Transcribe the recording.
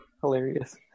hilarious